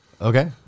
okay